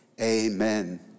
Amen